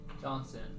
Johnson